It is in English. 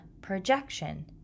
projection